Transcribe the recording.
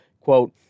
Quote